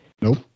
Nope